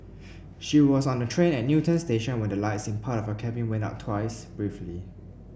she was on a train at Newton station when the lights in part of her cabin went out twice briefly